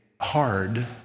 hard